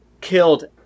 killed